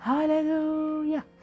Hallelujah